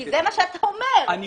זה מה שאתה אומר.